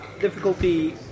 difficulty